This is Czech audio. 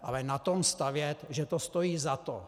Ale na tom stavět, že to stojí za to...